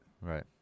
Right